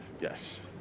yes